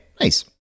nice